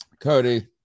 Cody